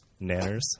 Nanners